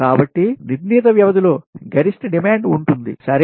కాబట్టి నిర్ణీత వ్యవధిలో గరిష్ట డిమాండ్ ఉంటుంది సరే